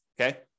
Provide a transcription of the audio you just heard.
okay